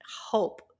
hope